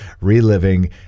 reliving